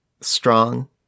strong